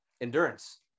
Endurance